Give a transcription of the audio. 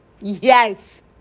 Yes